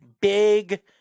Big